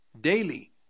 daily